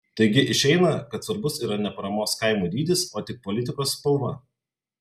taigi išeina kad svarbus yra ne paramos kaimui dydis o tik politikos spalva